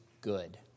good